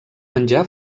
menjar